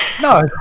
No